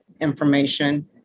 information